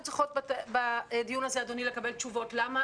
אנחנו צריכים לקבל בדיון הזה תשובות למה